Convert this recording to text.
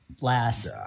last